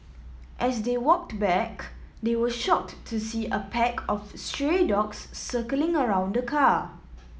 as they walked back they were shocked to see a pack of stray dogs circling around the car